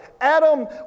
Adam